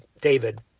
David